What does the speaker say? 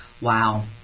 Wow